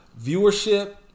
viewership